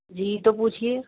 جی تو پوچھیے